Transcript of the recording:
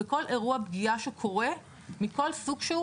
בכל אירוע פגיעה שקורה מכל סוג שהוא,